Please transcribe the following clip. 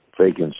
vacancy